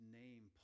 name